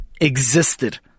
existed